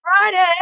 Friday